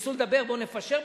וניסו לדבר: בוא נפשר ביניכם,